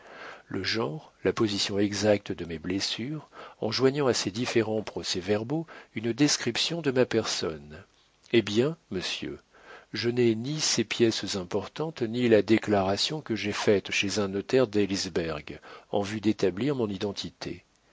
le genre la position exacte de mes blessures en joignant à ces différents procès-verbaux une description de ma personne eh bien monsieur je n'ai ni ces pièces importantes ni la déclaration que j'ai faite chez un notaire d'heilsberg en vue d'établir mon identité